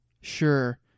sure